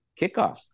kickoffs